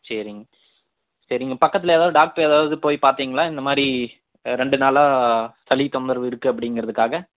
சரிங்க சரிங்க பக்கத்தில் ஏதாவது டாக்டர் ஏதாவது போய் பார்த்தீங்களா இந்தமாதிரி ரெண்டு நாளாக சளி தொந்தரவு இருக்கு அப்படிங்குறதுக்காக